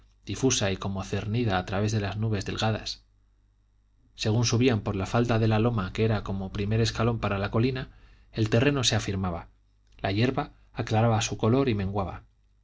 difusa y como cernida a través de las nubes delgadas según subían por la falda de la loma que era como primer escalón para la colina el terreno se afirmaba la hierba aclaraba su color y menguaba